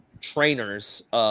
trainers